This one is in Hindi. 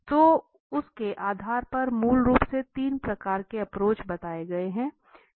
तो उसके आधार पर मूल रूप से ३ प्रकार के एप्रोच बताए गए हैं